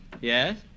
Yes